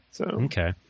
Okay